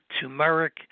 turmeric